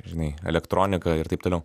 žinai elektronika ir taip toliau